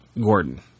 Gordon